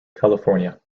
california